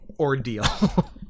Ordeal